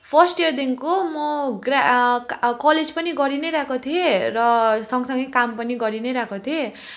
first इयरदेखिको म ग्रा का कलेज पनि गरी नै रहेको थिएँ र सँगसँगै काम पनि गरी नै रहेको थिएँ